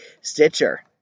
Stitcher